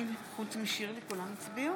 חוץ משירלי כולם הצביעו?